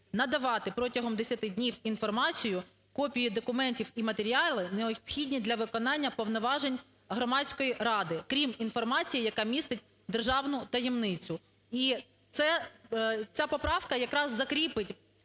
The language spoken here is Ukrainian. надавати протягом 10 днів інформацію, копії документів і матеріали, необхідні для виконання повноважень Громадської ради, крім інформації, яка містить державну таємницю. І ця поправка якраз закріпить